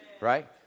right